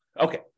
Okay